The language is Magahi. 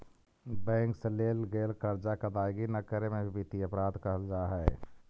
बैंक से लेल गेल कर्जा के अदायगी न करे में भी वित्तीय अपराध कहल जा हई